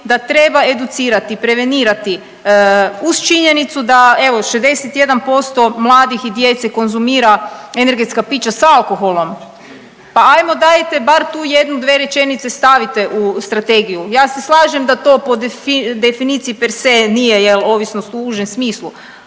da treba educirati, prevenirati uz činjenicu da evo, 61% mladih i djece konzumira s alkoholom, pa ajmo, dajte bar tu jednu, dve rečenice stavite u Strategiju. Ja se slažem da to po definiciji per se nije, je li, ovisnost u užem smislu,